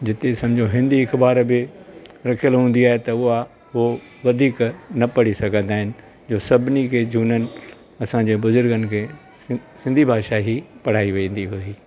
जिते सम्झो हिंदी अख़बार बि रखियलु हूंदी आहे त उहा उहो वधीक न पढ़ी सघंदा आहिनि जो सभिनी खे जूनुन असांजे बुज़ुर्गनि खे सिं सिंधी भाषा ई पढ़ाई वेंदी हुई